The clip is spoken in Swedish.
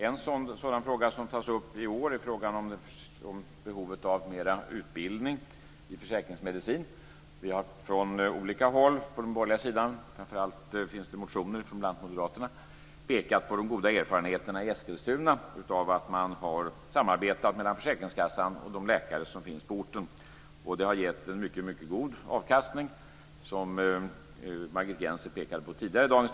En fråga som tas upp i år är frågan om behovet av mera utbildning i försäkringsmedicin. Från borgerligt håll - det finns motioner bl.a. från moderaterna - har vi pekat på det goda erfarenheterna i Eskilstuna. Där har försäkringskassan samarbetat med de läkare som finns på orten. Det har gett en mycket god avkastning, som Margit Gennser pekade på tidigare i debatten.